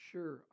Sure